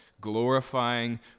glorifying